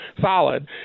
solid